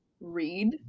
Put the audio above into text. read